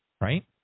Right